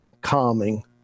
Calming